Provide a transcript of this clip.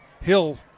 Hill